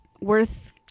worth